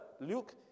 Luke